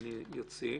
שאני אוציא,